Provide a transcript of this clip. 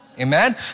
Amen